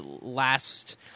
last